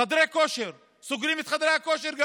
חדרי כושר, סוגרים גם את חדרי הכושר.